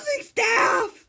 staff